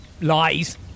lies